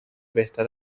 بهتر